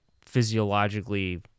physiologically